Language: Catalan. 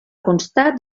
constar